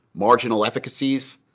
marginal efficacies,